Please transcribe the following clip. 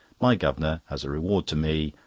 my guv'nor, as a reward to me,